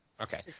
Okay